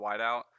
wideout